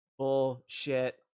bullshit